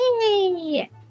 Yay